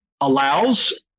allows